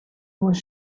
was